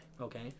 okay